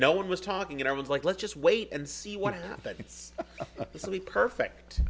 no one was talking and i was like let's just wait and see what happens it's only perfect